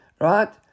right